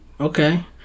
Okay